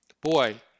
Boy